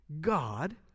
God